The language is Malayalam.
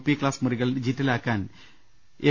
പി ക്ലാസ് മുറികൾ ഡിജിറ്റലാ ക്കാൻ എം